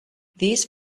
these